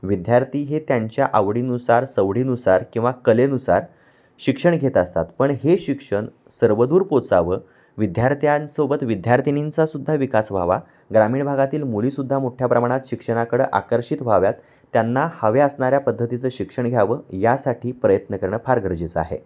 विद्यार्थी हे त्यांच्या आवडीनुसार सवडीनुसार किंवा कलेनुसार शिक्षण घेत असतात पण हे शिक्षण सर्वदूर पोचावं विद्यार्थ्यांसोबत विद्यार्थिनींचासुद्धा विकास व्हावा ग्रामीण भागातील मुलीसुद्धा मोठ्या प्रमाणात शिक्षणाकडं आकर्षित व्हाव्यात त्यांना हव्या असणाऱ्या पद्धतीचं शिक्षण घ्यावं यासाठी प्रयत्न करणं फार गरजेचं आहे